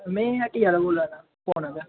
मै इ'यां हट्टिया दा बोला ना फोन आह्ला